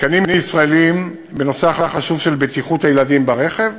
תקנים ישראליים בנושא החשוב של בטיחות הילדים ברכב.